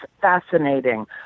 fascinating